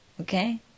okay